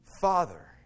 Father